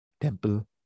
temple